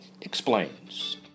explains